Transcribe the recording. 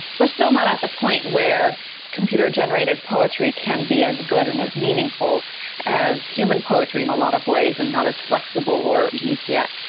still not at the point where computer-generated poetry can be as good and as meaningful as human poetry in a lot of ways and not as flexible or unique yet.